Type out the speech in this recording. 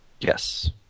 yes